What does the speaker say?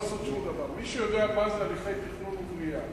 מי שיודע מה זה הליכי תכנון ובנייה,